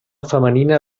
femenina